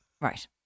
Right